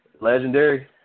Legendary